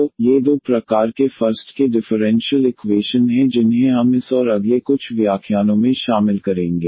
तो ये दो प्रकार के फर्स्ट ऑर्डर के डिफरेंशियल इक्वेशन हैं जिन्हें हम इस और अगले कुछ व्याख्यानों में शामिल करेंगे